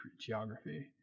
geography